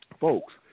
Folks